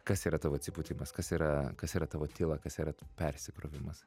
kas yra tavo atsipūtimas kas yra kas yra tavo tyla kas yra persikrovimas